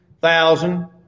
thousand